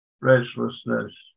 restlessness